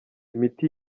imiti